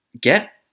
get